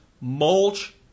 mulch